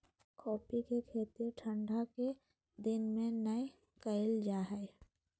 coffee के खेती ठंढा के दिन में नै कइल जा हइ